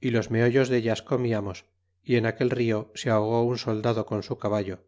y los meollos deltas comiamos y en aquel rio se ahogó un soldado con su caballo